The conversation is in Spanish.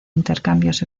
intercambios